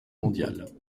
mondiale